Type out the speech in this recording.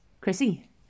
Chrissy